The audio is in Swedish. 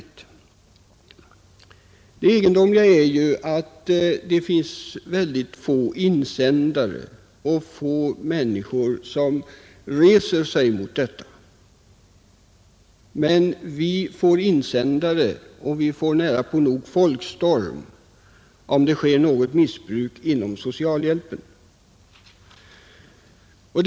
Men det egendomliga behoven på datateknikens område är att det skrivs mycket få insändare om de brotten; man reagerar inte särskilt ofta mot dem. Däremot blir det massor av insändare och nära nog en folkstorm, om socialhjälpen missbrukas.